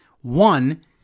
One